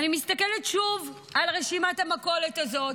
ואני מסתכלת שוב על רשימת המכולת הזו,